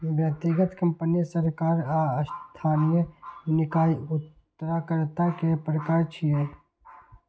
व्यक्तिगत, कंपनी, सरकार आ स्थानीय निकाय उधारकर्ता के प्रकार छियै